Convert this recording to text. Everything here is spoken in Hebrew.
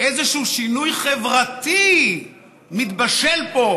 איזשהו שינוי חברתי מתבשל פה,